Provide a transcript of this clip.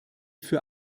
für